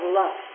love